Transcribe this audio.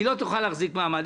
היא לא תוכל להחזיק מעמד.